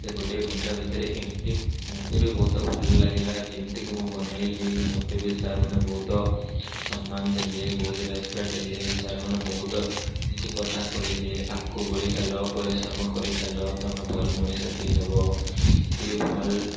ସେ ଗୋଟେ ଘଣ୍ଟା ଭିତରେ ଏମିତି ମତେ ବି ବହୁତ ଭଲ୍ ଲାଗିଲା ଯେମିତି କି ମୁଁ ବନେଇଲି ମତେ ବି ସାର୍ମାନେ ବହୁତ ସମ୍ମାନ ଦେଲେ ବହୁତ ରେସପେକ୍ଟ ଦେଲେ ସାର୍ମାନେ ବହୁତ ଏ କଥା କହିଲେ ଆଗକୁ ବଢ଼ି ଚାଲ ପରିଶ୍ରମ କରି ଚାଲ ତମେ ଭଲ୍ ମଣିଷଟେ ହବ ଏତିକି ଭଲ୍